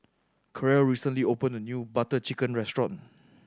Karel recently opened a new Butter Chicken restaurant